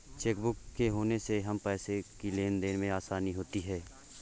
chequebook के होने से हमें पैसों की लेनदेन में आसानी होती हैँ